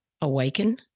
awaken